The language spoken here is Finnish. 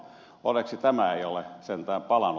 onneksi tämä ei ole sentään palanut